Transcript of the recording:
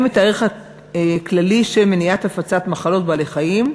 את הערך הכללי של מניעת הפצת מחלות בעלי-חיים.